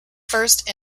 first